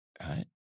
right